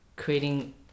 Creating